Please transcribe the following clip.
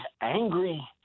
angry